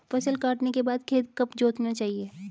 फसल काटने के बाद खेत कब जोतना चाहिये?